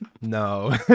No